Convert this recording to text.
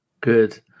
Good